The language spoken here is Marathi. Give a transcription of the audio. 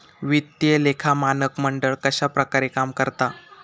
वित्तीय लेखा मानक मंडळ कश्या प्रकारे काम करता?